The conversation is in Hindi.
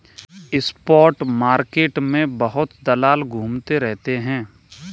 स्पॉट मार्केट में बहुत दलाल घूमते रहते हैं